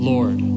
Lord